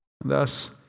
Thus